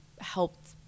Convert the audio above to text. helped